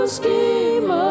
scheme